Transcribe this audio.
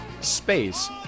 space